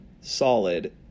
solid